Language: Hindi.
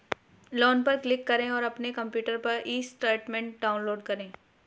लोन पर क्लिक करें और अपने कंप्यूटर पर ई स्टेटमेंट डाउनलोड करें